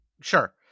Sure